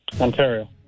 Ontario